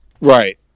Right